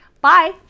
Bye